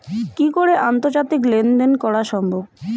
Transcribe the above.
কি করে আন্তর্জাতিক লেনদেন করা সম্ভব?